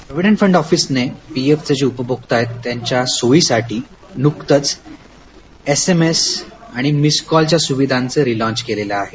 provident fund ऑफिसने पीएफचे जे उपभोक्ता आहेत त्यांच्या सोईसाठी नुकतच एसएमएस आणि मिस्ड कॉलच्या सुविधांच रिलॉच केलेल आहे